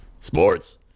Sports